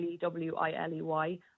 W-I-L-E-Y